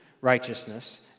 righteousness